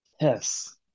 Yes